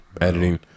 editing